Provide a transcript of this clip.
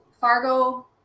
Fargo